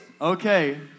okay